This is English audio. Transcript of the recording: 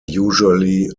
usually